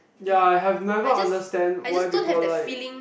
ya I have never understand why people like